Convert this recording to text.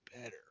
better